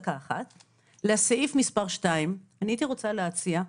לסעיף מספר 2 הייתי רוצה להציע,